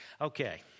Okay